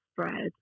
spread